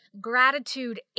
gratitude